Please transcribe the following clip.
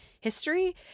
history